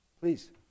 Please